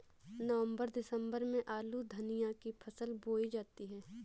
नवम्बर दिसम्बर में आलू धनिया की फसल बोई जाती है?